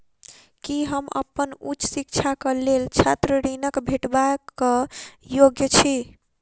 की हम अप्पन उच्च शिक्षाक लेल छात्र ऋणक भेटबाक योग्य छी?